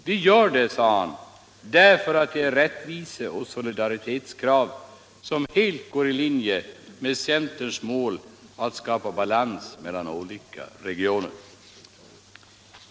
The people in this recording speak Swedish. Vi gör det, sade herr Antonsson, därför att det är rättvise och solidaritetskrav som helt går i linje med centerns strävan att skapa balans mellan olika regioner.